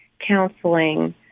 counseling